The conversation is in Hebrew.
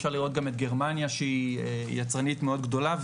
אפשר לראות גם את גרמניה שהיא יצרנית מאוד גדולה,